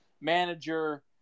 manager